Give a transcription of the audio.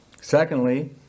Secondly